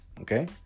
Okay